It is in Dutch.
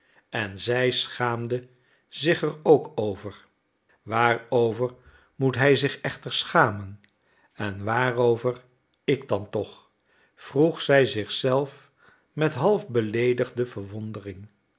en zij schaamde zich er ook over waarover moet hij zich echter schamen en waarover ik dan toch vroeg zij zich zelf met half beleedigde verwondering